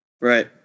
Right